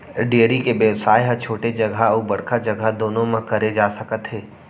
dairy के बेवसाय ह छोटे जघा अउ बड़का जघा दुनों म करे जा सकत हे